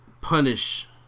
punish